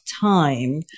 time